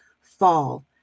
fall